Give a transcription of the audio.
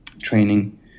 training